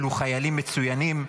אלו חיילים מצוינים,